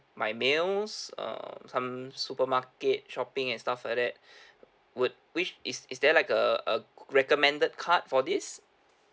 my meals uh some supermarket shopping and stuff like that would which is is there like a a recommended card for this